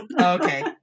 okay